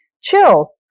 chill